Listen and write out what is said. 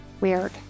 weird